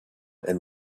and